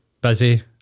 Busy